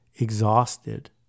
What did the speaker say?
exhausted